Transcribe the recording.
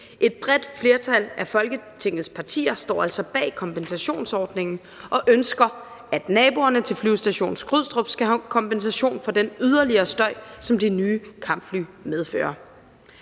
Et bredt flertal af Folketingets partier står altså bag kompensationsordningen og ønsker, at naboerne til Flyvestation Skrydstrup skal have kompensation for den yderligere støj, som de nye kampfly medfører.